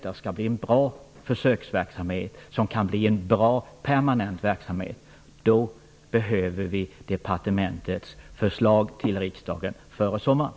Vi vill att det skall bli en bra och permanent verksamhet, och då behöver vi ett förslag från departementet till riksdagen före sommaren.